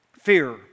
Fear